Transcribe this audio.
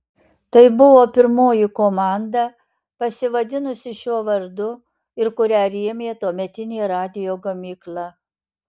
tai buvo pirmoji komanda pasivadinusi šiuo vardu ir kurią rėmė tuometinė radijo gamykla